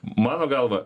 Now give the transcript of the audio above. mano galva